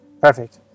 Perfect